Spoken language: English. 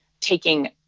taking